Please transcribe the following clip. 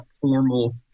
formal